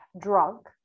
drunk